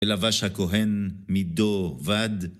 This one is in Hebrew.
ולבש הכהן מידו בד.